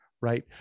right